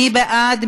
מי בעד?